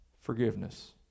Forgiveness